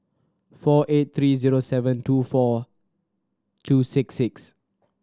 four eight three zero seven two four two six six